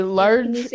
large